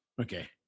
Okay